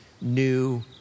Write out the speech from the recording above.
new